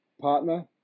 partner